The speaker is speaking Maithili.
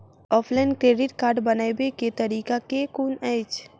ऑफलाइन क्रेडिट कार्ड बनाबै केँ तरीका केँ कुन अछि?